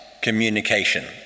communication